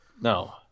No